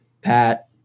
Pat